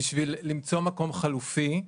בשביל למצוא מקום חלופי,